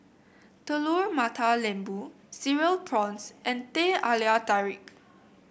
Telur Mata Lembu Cereal Prawns and Teh Halia Tarik